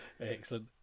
Excellent